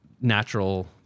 natural